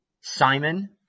Simon